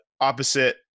opposite